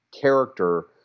character